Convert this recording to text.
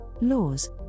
laws